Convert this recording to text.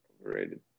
Overrated